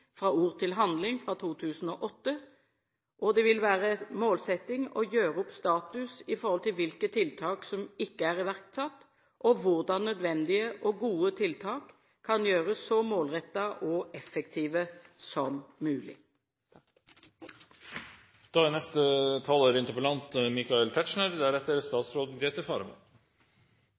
fra Voldtektsutvalgets utredning Fra ord til handling, fra 2008, og det vil være en målsetting å gjøre opp status i forhold til hvilke tiltak som ikke er iverksatt og hvordan nødvendige og gode tiltak kan gjøres så målrettede og effektive som mulig.